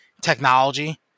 technology